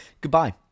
goodbye